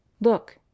Look